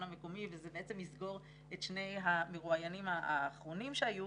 המקומי וזה בעצם יסגור את שני המרואיינים האחרונים שהיו.